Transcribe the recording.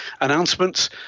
announcements